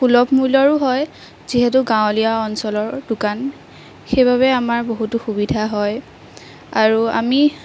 সুলভ মূল্যৰো হয় যিহেতু গাঁৱলীয়া অঞ্চলৰ দোকান সেইবাবে আমাৰ বহুতো সুবিধা হয় আৰু আমি